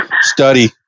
study